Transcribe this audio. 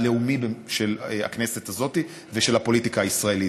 הלאומי של הכנסת הזאת ושל הפוליטיקה הישראלית.